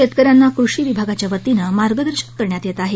शेतकऱ्यांना कृषी विभागाच्या वतीनं मार्गदर्शन करण्यात येत आहे